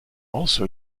also